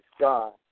God